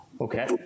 Okay